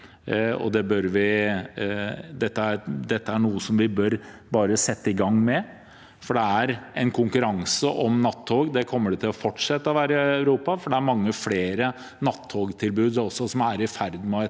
Dette er noe vi bare bør sette i gang med, for det er en konkurranse om nattog. Det kommer det til å fortsette å være i Europa, for det er mange flere nattogtilbud som er i ferd med å etableres.